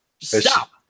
stop